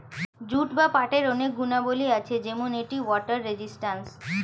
jute বা পাটের অনেক গুণাবলী আছে যেমন এটি ওয়াটার রেজিস্ট্যান্স